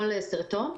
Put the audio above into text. כל סרטון.